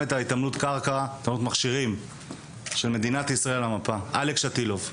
את התעמלות המכשירים הישראלית על המפה אלכס שטילוב.